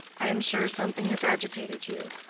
i am sure something has agitated you.